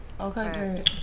Okay